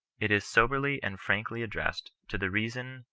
it is soberly and frankly addressed to the reason,